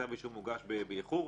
כשכתב אישום מוגש באיחור,